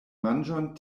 manĝon